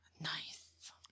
Nice